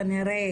כנראה,